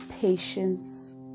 patience